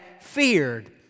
feared